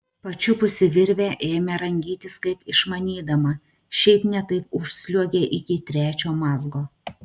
pačiupusi virvę ėmė rangytis kaip išmanydama šiaip ne taip užsliuogė iki trečio mazgo